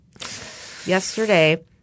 Yesterday –